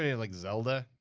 yeah like zelda,